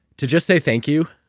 to just say, thank you,